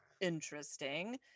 interesting